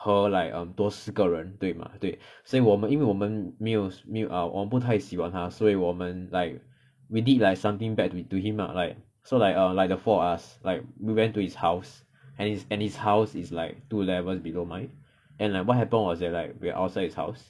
和 like 多四个人对吗对所以我们因为我们没有没有 err 我们不太喜欢他所以我们 like we did like something bad to him lah like so like um like the four of us like we went to his house and his and his house is like two levels below mine then like what happened was that like we're outside his house